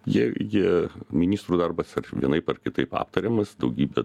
jei jie ministrų darbas vienaip ar kitaip aptariamas daugybę